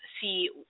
see